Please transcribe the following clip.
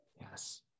Yes